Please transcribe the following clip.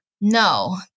No